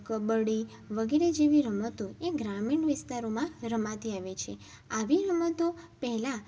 કબડ્ડી વગેરે જેવી રમતો એ ગ્રામીણ વિસ્તારોમાં રમાતી આવે છે આવી રમતો પહેલાં